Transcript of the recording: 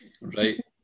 Right